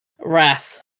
Wrath